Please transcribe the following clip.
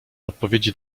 odpowiedzi